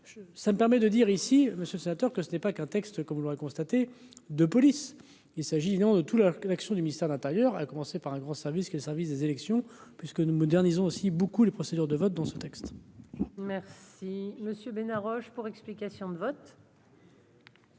ça me permet de dire ici Monsieur le sénateur, que ce n'est pas qu'un texte comme vous l'aurez constaté de police, il s'agit non de tous leurs que l'action du ministère de l'Intérieur a commencé par un grand service que le service des élections puisque nous modernisons aussi beaucoup les procédures de vote dans ce texte. Merci Monsieur Bénard Roche pour explication de vote.